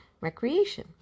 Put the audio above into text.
Recreation